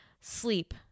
Sleep